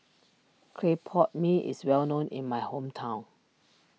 Clay Pot Mee is well known in my hometown